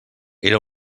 era